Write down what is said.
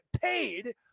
paid